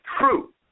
true